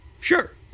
sure